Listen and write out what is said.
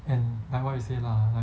and like what you say lah like